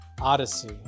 Odyssey